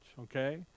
okay